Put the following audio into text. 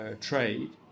trade